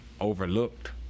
overlooked